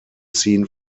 seen